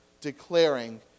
declaring